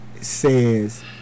says